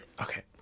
Okay